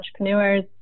entrepreneurs